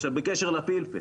עכשיו בקשר לפלפל,